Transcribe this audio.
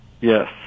Yes